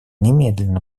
немедленно